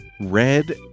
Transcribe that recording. red